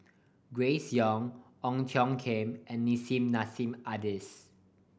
Grace Young Ong Tiong Khiam and Nissim Nassim Adis